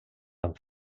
amb